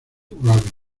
rubin